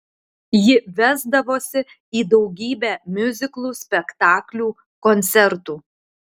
ji vesdavosi į daugybę miuziklų spektaklių koncertų